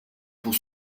pour